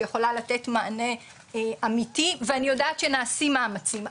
שיכולה לתת מענה אמיתי, ואני יודעת שנעשים מאמצים.